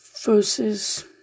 versus